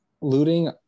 looting